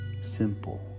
simple